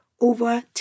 over